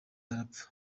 arapfa